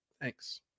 thanks